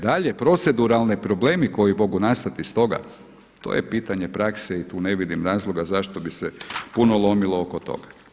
Dalje, proceduralni problemi koji mogu nastati stoga, to je pitanje prakse i tu ne vidim razloga zašto bi se puno lomilo oko toga.